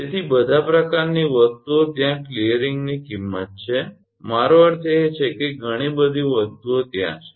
તેથી બધી પ્રકારની વસ્તુઓ ત્યાં ક્લિયરિંગની કિંમત છે મારો અર્થ એ છે કે ઘણી બધી વસ્તુઓ ત્યાં છે